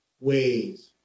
ways